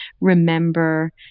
remember